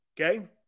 okay